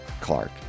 Clark